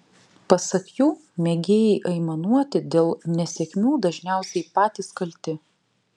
pasak jų mėgėjai aimanuoti dėl nesėkmių dažniausiai patys kalti